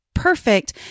perfect